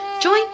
Join